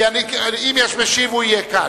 אם יש משיב הוא יהיה כאן,